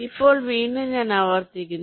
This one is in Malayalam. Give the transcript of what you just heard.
ഇപ്പോൾ വീണ്ടും ഞാൻ ആവർത്തിക്കുന്നു